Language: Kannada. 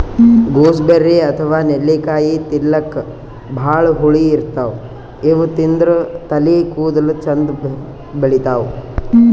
ಗೂಸ್ಬೆರ್ರಿ ಅಥವಾ ನೆಲ್ಲಿಕಾಯಿ ತಿಲ್ಲಕ್ ಭಾಳ್ ಹುಳಿ ಇರ್ತವ್ ಇವ್ ತಿಂದ್ರ್ ತಲಿ ಕೂದಲ ಚಂದ್ ಬೆಳಿತಾವ್